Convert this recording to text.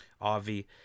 Avi